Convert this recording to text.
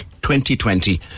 2020